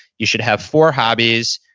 you should have four hobbies.